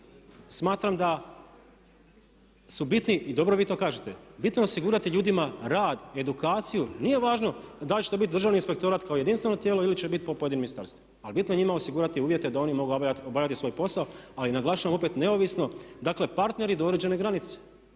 smatram da su bitni, dobro vi to kažete, bitno je osigurati ljudima rad, edukaciju. Nije važno da li će to biti Državni inspektorat kao jedinstveno tijelo ili će biti po pojedinim ministarstvima. Ali bitno je njima osigurati uvjete da oni mogu obavljati svoj posao. Ali naglašavam opet neovisno. Dakle, partneri do određene granice.